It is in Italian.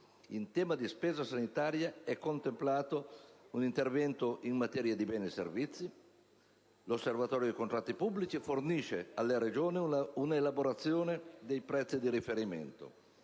In tema di spesa sanitaria, è contemplato un intervento in materia di beni e servizi: l'Osservatorio dei contratti pubblici fornisce alle Regioni un'elaborazione dei prezzi di riferimento